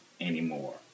anymore